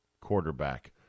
quarterback